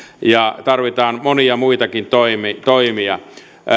ja tarvitaan monia muitakin toimia